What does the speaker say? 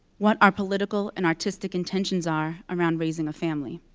what are political and artistic intentions are around raising a family.